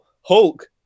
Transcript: Hulk